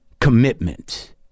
commitment